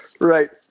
Right